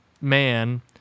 man